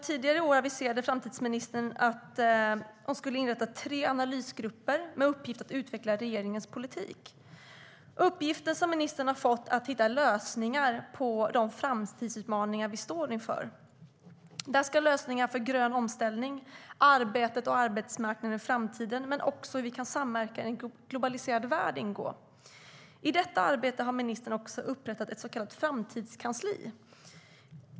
Tidigare i år aviserade framtidsministern att hon skulle inrätta tre analysgrupper med uppgift att utveckla regeringens politik. Uppgiften som ministern har fått är att hitta lösningar på de framtidsutmaningar som vi står inför. Där ska lösningar för grön omställning, arbetet och arbetsmarknaden i framtiden men också hur vi kan samverka i en globaliserad värld ingå. I detta arbete har ministern också upprättat ett så kallat framtidskansli.